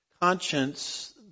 conscience